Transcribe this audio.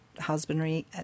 husbandry